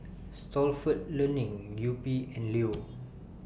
Stalford Learning Yupi and Leo